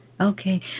Okay